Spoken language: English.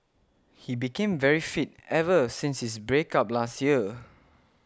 he became very fit ever since his break up last year